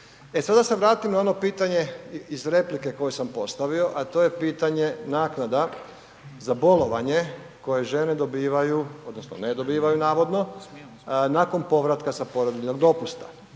sada se vratimo na ono pitanje iz replike koje sam postavio a to je pitanje naknada za bolovanje koje žene dobivaju odnosno ne dobivaju navodno, nakon povratka sa porodiljnog dopusta.